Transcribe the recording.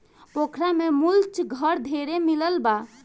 पोखरा में मुलच घर ढेरे मिलल बा